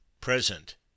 present